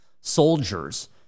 soldiers